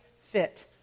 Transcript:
fit